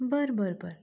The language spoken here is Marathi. बरं बरं बरं